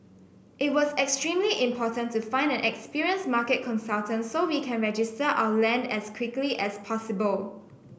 it was extremely important to find an experienced market consultant so we can register our land as quickly as possible